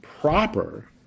proper